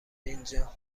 اینجا